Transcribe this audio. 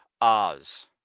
Oz